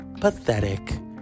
pathetic